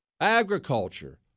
agriculture